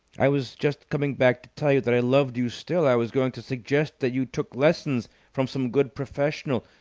i was just coming back to tell you that i loved you still. i was going to suggest that you took lessons from some good professional.